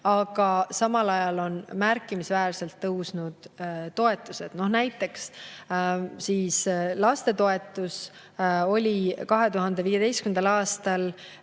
aga samal ajal on märkimisväärselt tõusnud toetused. Näiteks, lastetoetus oli 2015. aastal